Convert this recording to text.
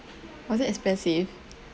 was it expensive